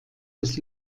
des